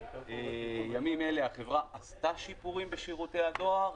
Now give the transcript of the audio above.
ימים אלה החברה עשתה שיפורים בשירותי הדואר,